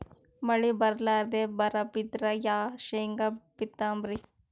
ಮಳಿ ಬರ್ಲಾದೆ ಬರಾ ಬಿದ್ರ ಯಾ ಶೇಂಗಾ ಬಿತ್ತಮ್ರೀ?